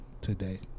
today